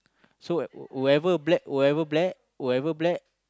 so whoever black whoever black whoever black